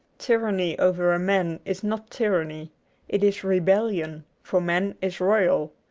tyranny over a man is not tyranny it is rebellion, for man is royal.